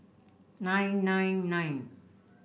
nine nine nine